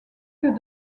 que